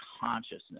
consciousness